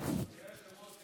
סלימאן.